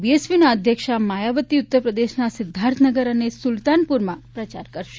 બીએસપીના અધ્યક્ષા માયાવતી ઉત્તર પ્રદેશના સિદ્વાર્થનગર અને સુલતાનપુરમાં પ્રચાર કરશે